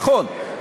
נכון.